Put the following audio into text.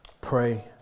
pray